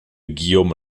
guillaume